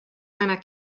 einer